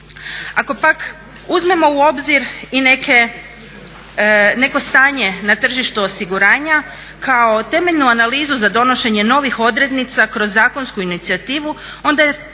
Ako pak uzmemo u obzir i neko stanje na tržištu osiguranja kao temeljnu analizu za donošenje novih odrednica kroz zakonsku inicijativu onda je